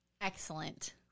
Excellent